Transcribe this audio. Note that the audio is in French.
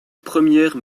premières